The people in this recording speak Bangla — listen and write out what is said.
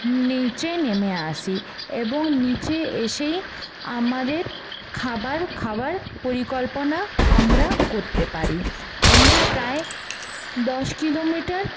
নিচেই নেমে আসি এবং নিচে এসেই আমাদের খাবার খাওয়ার পরিকল্পনা আমরা করতে পারি আমরা প্রায় দশ কিলোমিটার